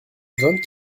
vingt